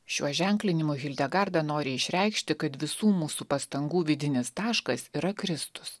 šiuo ženklinimu hildegarda nori išreikšti kad visų mūsų pastangų vidinis taškas yra kristus